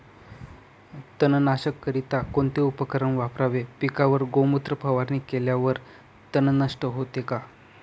तणनाशकाकरिता कोणते उपकरण वापरावे? पिकावर गोमूत्र फवारणी केल्यावर तण नष्ट होते का?